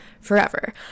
forever